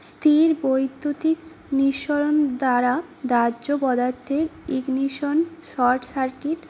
স্থির বৈদ্যুতিক নিঃসরণ দ্বারা দাহ্য পদার্থের ইগনিশন শর্ট সার্কিট